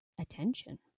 attention